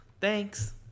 thanks